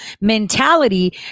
mentality